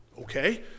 Okay